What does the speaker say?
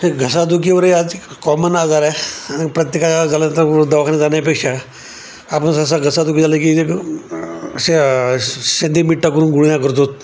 हे घसादुखी वगैरे आज कॉमन आजारा आहे आणि प्रत्येकाला झाल्यानंतर दवाखान्यात जाण्यापेक्षा आपण जसा घसादुखी झालं की शे सैंधव मीठ टाकून गुळण्या करतो